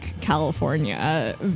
California